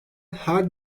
her